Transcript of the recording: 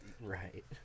right